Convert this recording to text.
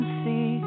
see